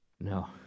No